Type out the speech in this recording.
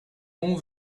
mon